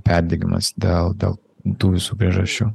perdegimas dėl dėl tų visų priežasčių